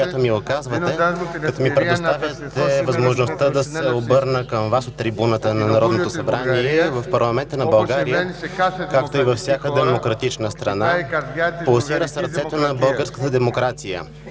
като ми предоставяте възможността да се обърна към Вас от трибуната на Народното събрание. В парламента на България, както и във всяка демократична страна, пулсира сърцето на българската демокрация: